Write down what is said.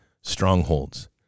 strongholds